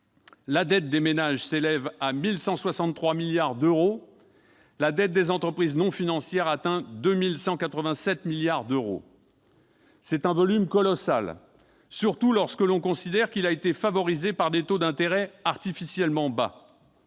La dette des ménages s'élève à 1 163 milliards d'euros, celle des entreprises non financières à 2 187 milliards d'euros. C'est un volume colossal, dont l'expansion a été favorisée par des taux d'intérêt artificiellement bas.